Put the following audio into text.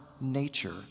nature